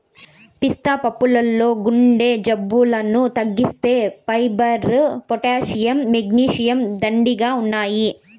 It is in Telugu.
పిస్తా పప్పుల్లో గుండె జబ్బులను తగ్గించే ఫైబర్, పొటాషియం, మెగ్నీషియం, దండిగా ఉన్నాయి